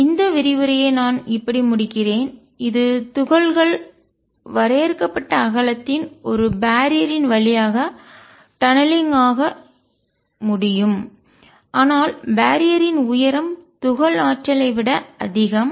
எனவே இந்த விரிவுரையை நான் இப்படி முடிக்கிறேன் இது துகள்கள் வரையறுக்கப்பட்ட அகலத்தின் ஒரு பேரியர் ன் தடையின் வழியாக டநலிங்க் ஆக துளைத்து செல்லும் முடியும் ஆனால் பேரியர் ன் தடையின் உயரம் துகள் ஆற்றலை விட அதிகம்